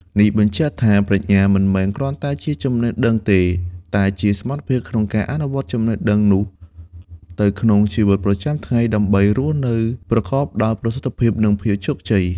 នេះបញ្ជាក់ថា ប្រាជ្ញាមិនមែនគ្រាន់តែជាចំណេះដឹងទេ តែជាសមត្ថភាពក្នុងការអនុវត្តចំណេះដឹងនោះទៅក្នុងជីវិតប្រចាំថ្ងៃ ដើម្បីរស់នៅប្រកបដោយប្រសិទ្ធភាព និងភាពជោគជ័យ។